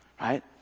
right